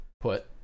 put